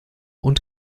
und